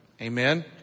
Amen